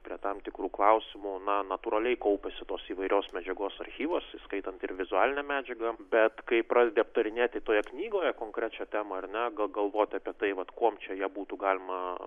prie tam tikrų klausimų na natūraliai kaupiasi tos įvairios medžiagos archyvas įskaitant ir vizualinę medžiagą bet kai pradedi aptarinėti toje knygoje konkrečią temą ar ne ga galvoti apie tai vat kuom čią ją būtų galima